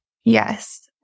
Yes